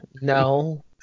No